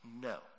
No